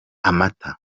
amata